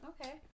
Okay